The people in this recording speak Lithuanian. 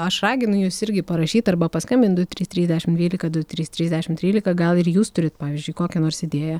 aš raginu jus irgi parašyt arba paskambint du trys trys dešimt dvylika du trys trys dešimt trylika gal ir jūs turit pavyzdžiui kokią nors idėją